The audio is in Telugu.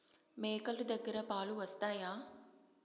మేక లు దగ్గర పాలు వస్తాయా?